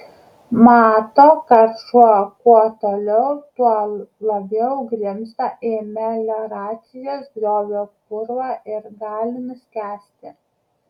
mato kad šuo kuo toliau tuo labiau grimzta į melioracijos griovio purvą ir gali nuskęsti